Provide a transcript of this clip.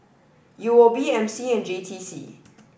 U O B M C and J T C